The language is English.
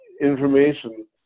information